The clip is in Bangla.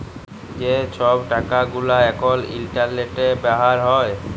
যে ছব টাকা গুলা এখল ইলটারলেটে ব্যাভার হ্যয়